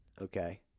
okay